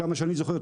עד כמה שאני זוכר,